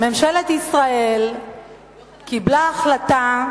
ממשלת ישראל קיבלה החלטה